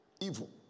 evil